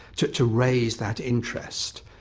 to to raise that interest.